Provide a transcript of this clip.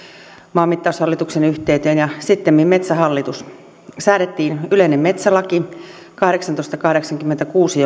maamittaushallituksen yhteyteen ja sittemmin metsähallitus säädettiin yleinen metsälaki tuhatkahdeksansataakahdeksankymmentäkuusi